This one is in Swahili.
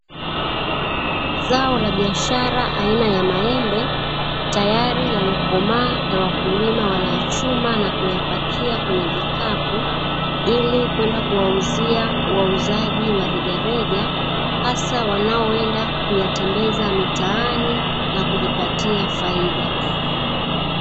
Zao la biashara aina ya maembe tayari yamekomaa na wakulima wameyachuma na kuyapakia kwenye vikapu ili kwenda kuwauzia wauzaji wa rejareja hasa wanaoenda kuyatembeza mitaani na kujipatia faida.